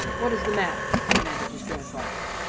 what is the matter? demanded his grandfather.